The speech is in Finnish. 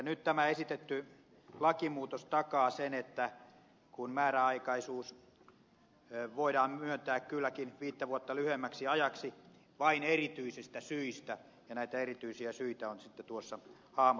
nyt esitetty lakimuutos takaa sen kun määräaikaisuus voidaan myöntää viittä vuotta lyhyemmäksi ajaksi vain erityisistä syistä ja näitä erityisiä syitä on sitten tuossa hahmoteltu